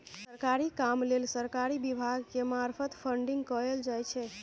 सरकारी काम लेल सरकारी विभाग के मार्फत फंडिंग कएल जाइ छै